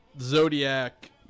Zodiac